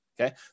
Okay